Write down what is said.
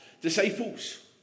disciples